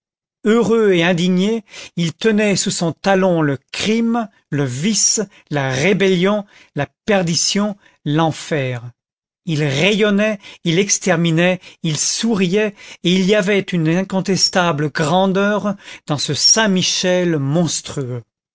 heureux et indigné il tenait sous son talon le crime le vice la rébellion la perdition l'enfer il rayonnait il exterminait il souriait et il y avait une incontestable grandeur dans ce saint michel monstrueux